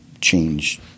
change